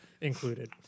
included